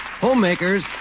Homemakers